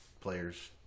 players